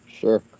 Sure